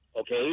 okay